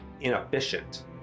inefficient